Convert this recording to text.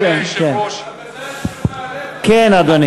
כן, אדוני.